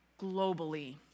globally